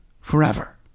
forever